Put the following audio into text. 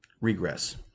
regress